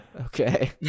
Okay